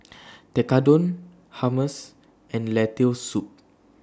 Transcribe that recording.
Tekkadon Hummus and Lentil Soup